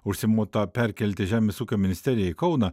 užsimota perkelti žemės ūkio ministeriją į kauną